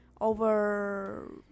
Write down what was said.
over